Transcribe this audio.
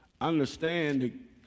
understand